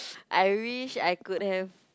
I wish I could have